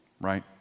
right